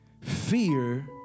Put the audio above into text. fear